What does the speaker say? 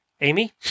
Amy